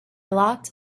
locked